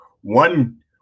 one